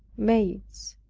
maids,